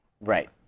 Right